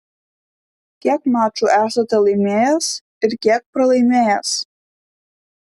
kiek mačų esate laimėjęs ir kiek pralaimėjęs